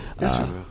yes